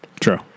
True